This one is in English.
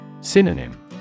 Synonym